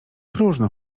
próżno